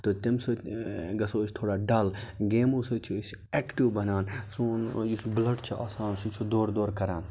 تہٕ اَمہِ سۭتۍ گژھو أسۍ تھوڑا ڈل گیمو سۭتۍ چھِ أسۍ ایٚکٹِو بَنان سون یُس بٕلَڈ چھُ آسان سُہ چھُ دورٕ دورٕ کران